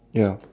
ya